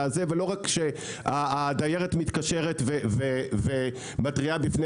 ולא רק כשהדיירת מתקשרת ומתריעה בפני